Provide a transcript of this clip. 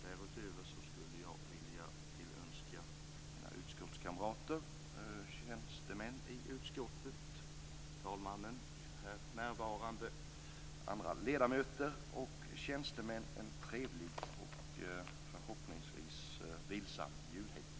Därutöver vill jag tillönska mina utskottskamrater, tjänstemännen i utskottet, talmannen, här närvarande ledamöter och tjänstemän en trevlig och förhoppningsvis vilsam julhelg.